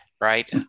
Right